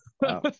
Wow